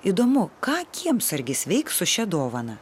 įdomu ką kiemsargis veiks su šia dovana